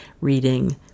reading